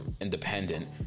independent